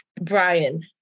Brian